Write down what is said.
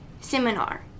seminar